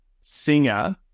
singer